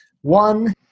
One